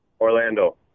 Orlando